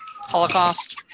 Holocaust